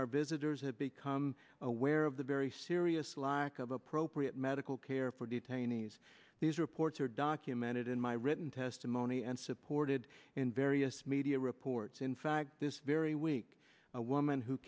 our visitors have become aware of the very serious lack of appropriate medical care for detainees these reports are documented in my written testimony and supported in various media reports in fact this very week a woman who